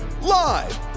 Live